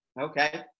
Okay